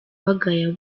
bagaya